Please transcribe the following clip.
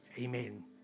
Amen